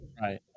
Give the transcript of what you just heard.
Right